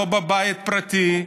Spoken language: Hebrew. לא בבית פרטי?